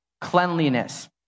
cleanliness